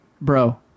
Bro